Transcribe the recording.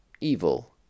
Evil